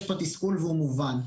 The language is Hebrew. יש פה תסכול והוא מובן.